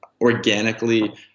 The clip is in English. organically